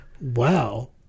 Wow